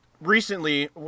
recently